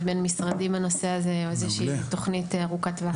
בין-משרדי בנושא הזה או איזושהי תוכנית ארוכת טווח.